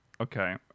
Okay